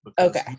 Okay